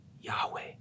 Yahweh